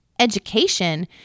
Education